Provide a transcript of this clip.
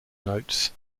notes